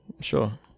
Sure